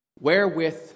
Wherewith